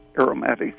aromatic